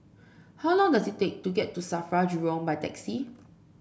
how long does it take to get to Safra Jurong by taxi